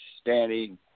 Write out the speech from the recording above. standing